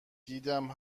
دیدم